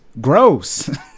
gross